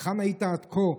היכן היית עד כה?